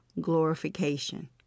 glorification